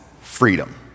freedom